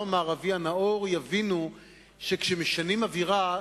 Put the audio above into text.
המערבי הנאור יבינו שכשמשנים אווירה,